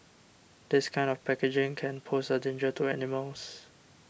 this kind of packaging can pose a danger to animals